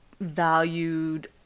valued